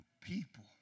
People